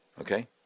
okay